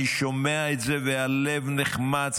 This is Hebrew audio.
אני שומע את זה והלב נחמץ.